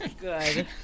good